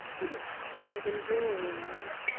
it is cold and dreary there,